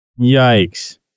Yikes